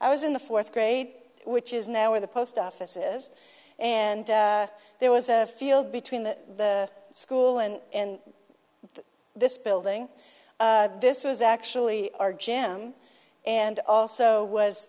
i was in the fourth grade which is now where the post office is and there was a field between the school and this building this was actually our gym and also was